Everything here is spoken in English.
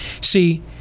See